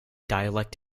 dialect